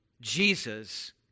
Jesus